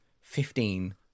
fifteen